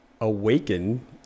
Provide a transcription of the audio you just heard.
awaken